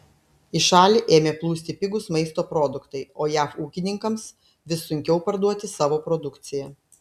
į šalį ėmė plūsti pigūs maisto produktai o jav ūkininkams vis sunkiau parduoti savo produkciją